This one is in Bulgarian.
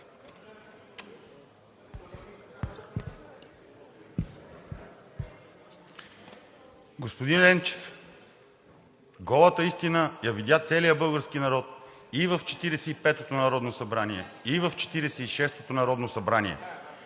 Господин Енчев, голата истина я видя целият български народ и в 45-ото народно събрание, и в 46 ото народно събрание.